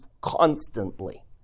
constantly